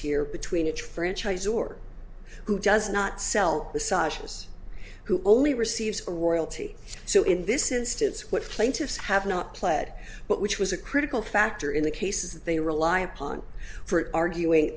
here between each franchise or who does not sell the size who only receives a royalty so in this instance what plaintiffs have not pled but which was a critical factor in the cases they rely upon for arguing